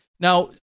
Now